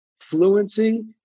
Fluency